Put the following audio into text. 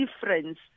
difference